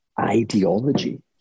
ideology